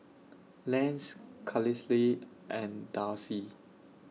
Lance Carlisle and Darcy